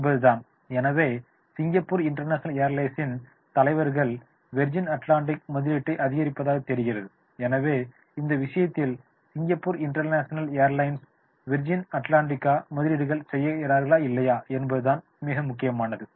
என்பதுதான் எனவே Singapore International ஏர்லைன்ஸ்யின் தலைவர்கள் விர்ஜின் அட்லாண்டிக் முதலீட்டை ஆதரிப்பதாகத் தெரிகிறது எனவே இந்த விஷயத்தில் சிங்கப்பூர் இன்டர்நேஷனல் ஏர்லைன்ஸ் விர்ஜின் அட்லாண்டிக்குடன் முதலீடுகள் செய்யகிறார்களா இல்லையா என்பது தான் மிக முக்கியமானது